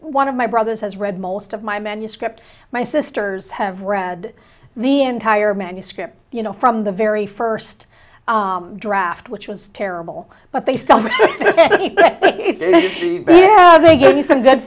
one of my brothers has read most of my manuscript my sisters have read the entire manuscript you know from the very first draft which was terrible but they still they gave me some good